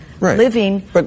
living